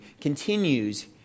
continues